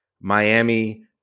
Miami